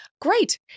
Great